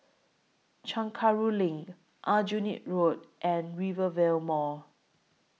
Chencharu LINK Aljunied Road and Rivervale Mall